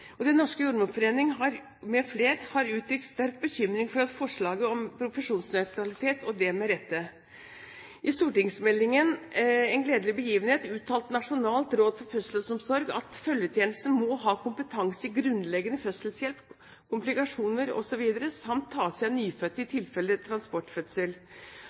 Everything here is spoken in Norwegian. jordmortjeneste. Den norske jordmorforening mfl. har uttrykt sterk bekymring for forslaget om profesjonsnøytralitet, og det med rette. I stortingsmeldingen En gledelig begivenhet uttalte Nasjonalt råd for fødselsomsorg at følgetjenesten må ha kompetanse i grunnleggende fødselshjelp, komplikasjoner osv. samt kunne ta seg av nyfødte i tilfelle transportfødsel. Og departementet sier i